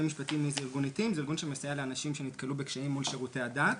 ארגון עיתים מסייע לאנשים שנתקלו בקשיים מול שירותי הדת.